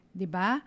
diba